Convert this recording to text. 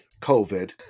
COVID